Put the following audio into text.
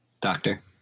Doctor